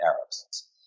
Arabs